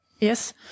Yes